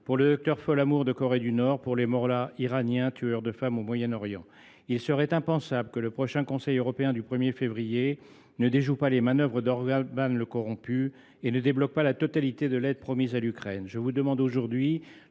pour le docteur Folamour de Corée du Nord, pour les mollahs iraniens tueurs de femmes au Moyen Orient. Il serait impensable que le prochain Conseil européen du 1 février ne déjoue pas les manœuvres d’Orbán le corrompu et ne débloque pas la totalité de l’aide promise à l’Ukraine. Je vous demande aujourd’hui